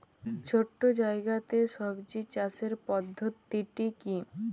ছোট্ট জায়গাতে সবজি চাষের পদ্ধতিটি কী?